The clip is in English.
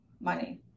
money